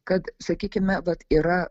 kad sakykime vat yra